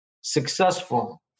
successful